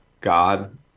God